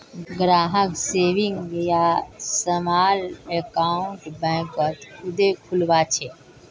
ग्राहक सेविंग या small account बैंकत खुदे खुलवा छे